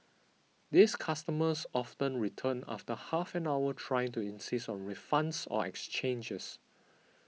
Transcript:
these customers often return after half an hour trying to insist on refunds or exchanges